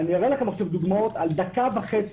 אני אראה לכם עכשיו דוגמאות על דקה וחצי,